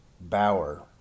Bauer